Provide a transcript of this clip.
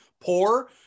poor